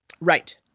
Right